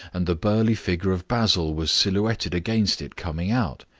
and the burly figure of basil was silhouetted against it coming out.